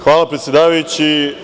Hvala predsedavajući.